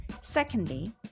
Secondly